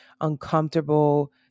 uncomfortable